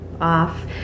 off